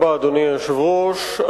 אדוני היושב-ראש,